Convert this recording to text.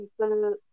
people